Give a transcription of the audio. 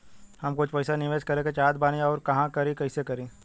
हम कुछ पइसा निवेश करे के चाहत बानी और कहाँअउर कइसे करी?